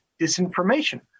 disinformation